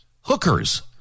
Hookers